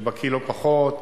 שבקי לא פחות,